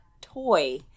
toy